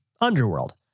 underworld